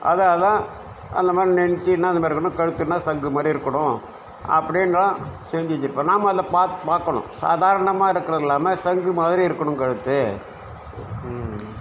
அது அதுதான் அந்த மாதிரி நெஞ்சின்னால் இந்த மாதிரிருக்கணும் கழுத்துன்னால் சங்கு மாதிரி இருக்கணும் அப்படின்னுலாம் செஞ்சு வச்சுருப்பா நாம் அதில் பார்க்கணும் சாதாரணமாக இருக்கிறது இல்லாமல் சங்கு மாதிரி இருக்கணும் கழுத்து